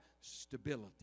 stability